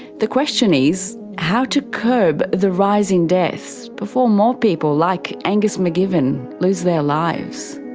the question is, how to curb the rise in deaths before more people like angus mcgivern lose their lives.